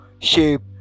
shape